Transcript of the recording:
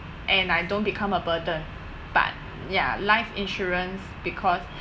and I don't become a burden but ya life insurance because